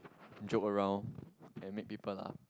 joke around and make people laugh